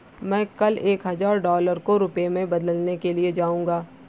मैं कल एक हजार डॉलर को रुपया में बदलने के लिए जाऊंगा